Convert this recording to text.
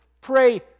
pray